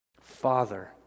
Father